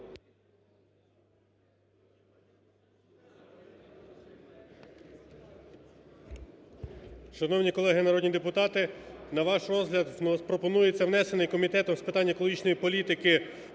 Шановні колеги народні депутати! На ваш розгляд пропонується внесений Комітетом з питань екологічної політики